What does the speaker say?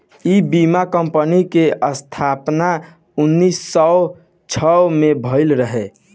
इ बीमा कंपनी के स्थापना उन्नीस सौ छह में भईल रहे